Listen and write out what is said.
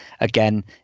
Again